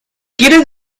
quieres